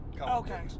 Okay